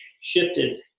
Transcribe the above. shifted